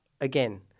again